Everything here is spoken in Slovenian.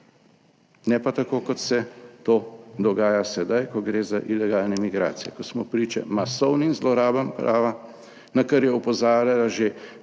Ne pa tako, kot se to dogaja sedaj, ko gre za ilegalne migracije, ko smo priče masovnim zlorabam prava, na kar je opozarjala že